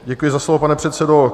Děkuji za slovo, pane předsedo.